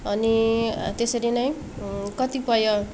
अनि त्यसरी नै कतिपय